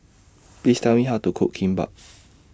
Please Tell Me How to Cook Kimbap